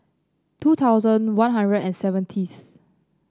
two thousand One Hundred and seventieth